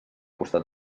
costat